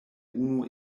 unu